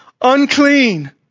Unclean